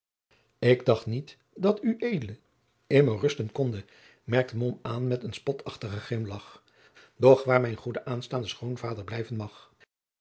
ik dacht niet dat ued immer rusten konde merkte mom aan met een spotachtigen grimlagch doch waar of mijn goede aanstaande schoonvader blijven mag